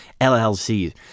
LLCs